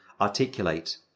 articulate